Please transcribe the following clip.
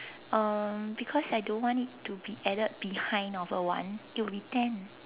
um because I don't want it to be added behind of a one it will be ten